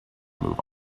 move